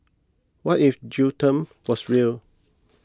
what if jail term was real